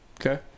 Okay